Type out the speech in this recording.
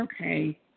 okay